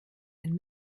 ein